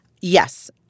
yes